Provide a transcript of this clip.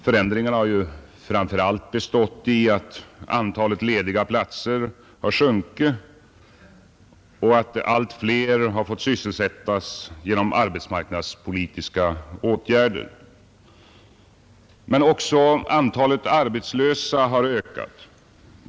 Förändringarna har ju framför allt bestått i att antalet lediga platser har sjunkit och i att allt fler har fått sysselsättas genom arbetsmarknadspolitiska åtgärder. Också antalet arbetslösa har ökat.